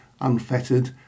unfettered